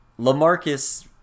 Lamarcus